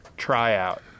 tryout